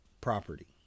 property